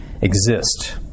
exist